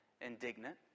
indignant